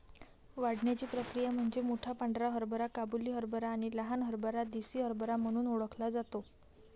वाढण्याची प्रक्रिया म्हणजे मोठा पांढरा हरभरा काबुली हरभरा आणि लहान हरभरा देसी हरभरा म्हणून ओळखला जातो